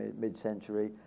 mid-century